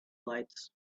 lights